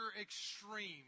extreme